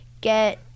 get